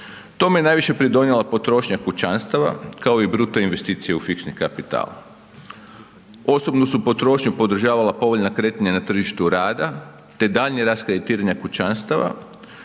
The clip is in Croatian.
Tome je najviše pridonijela potrošnja kućanstava kao i bruto investicije u fiksni kapital. Osobnu su potrošnju podržavala povoljna kretanja na tržištu rada te daljnje raskreditiranje kućanstava